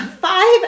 Five